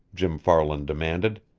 jim farland demanded.